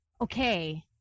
okay